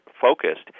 focused